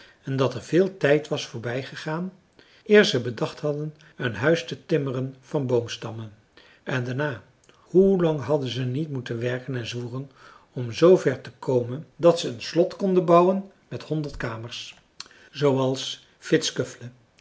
en dat er veel tijd was voorbij gegaan eer ze bedacht hadden een huis te timmeren van boomstammen en daarna hoe lang hadden ze niet moeten werken en zwoegen om zoover te komen dat ze een slot konden bouwen met honderd kamers zooals